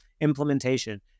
implementation